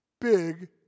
big